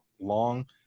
long